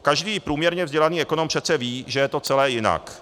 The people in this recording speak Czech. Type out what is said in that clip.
Každý průměrně vzdělaný ekonom přece ví, že je to celé jinak.